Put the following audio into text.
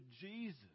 Jesus